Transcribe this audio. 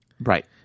Right